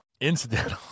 Incidental